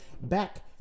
back